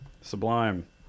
Sublime